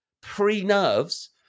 pre-nerves